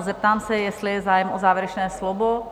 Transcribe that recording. Zeptám se, jestli je zájem o závěrečné slovo?